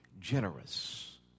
generous